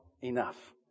enough